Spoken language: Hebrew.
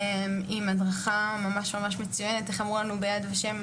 עם הדרכה ממש ממש מצוינת איך אמרו לנו ביד ושם?